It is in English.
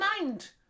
mind